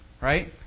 right